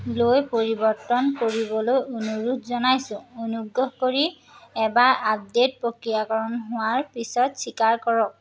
লৈ পৰিৱৰ্তন কৰিবলৈ অনুৰোধ জনাইছোঁ অনুগ্ৰহ কৰি এবাৰ আপডে'ট প্ৰক্ৰিয়াকৰণ হোৱাৰ পিছত স্বীকাৰ কৰক